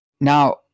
now